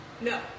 No